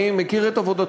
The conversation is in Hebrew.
שאני מכיר את עבודתך,